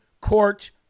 Court